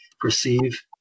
perceive